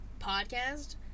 podcast